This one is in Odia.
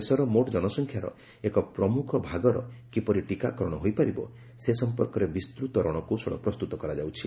ଦେଶର ମୋଟ ଜନସଂଖ୍ୟାର ଏକ ପ୍ରମୁଖ ଭାଗର କିପରି ଟୀକାକରଣ ହୋଇପାରିବ ସେସମ୍ପର୍କରେ ବିସ୍ଚୃତ ରଣକୌଶଳ ପ୍ରସ୍ତୁତ କରାଯାଉଛି